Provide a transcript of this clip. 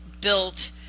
built